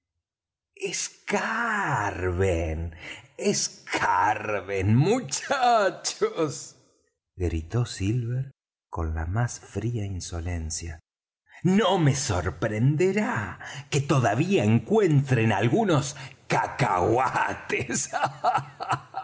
escarben escarben muchachos gritó silver con la más fría insolencia no me sorprenderá que todavía encuentren algunos cacahuates